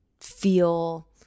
feel